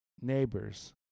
neighbors